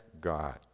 God